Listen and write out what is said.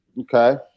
okay